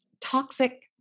toxic